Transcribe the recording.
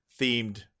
themed